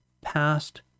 past